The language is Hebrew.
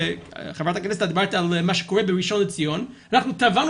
שחה"כ דיברת על מה שקורה בראשל"צ - אנחנו תבענו